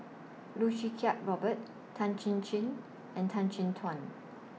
Loh Choo Kiat Robert Tan Chin Chin and Tan Chin Tuan